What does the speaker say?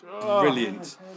Brilliant